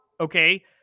okay